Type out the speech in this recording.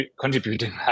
contributing